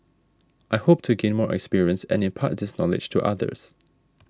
I hope to gain more experience and impart this knowledge to others